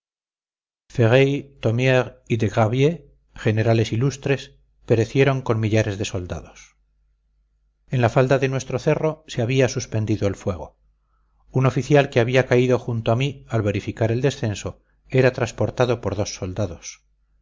y desgraviers generales ilustres perecieron con millares de soldados en la falda de nuestro cerro se había suspendido el fuego un oficial que había caído junto a mí al verificar el descenso era transportado por dos soldados